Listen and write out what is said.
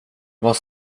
vad